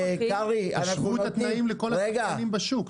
תשוו את התנאים לכל השחקנים בשוק.